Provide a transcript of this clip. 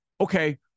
Okay